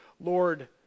Lord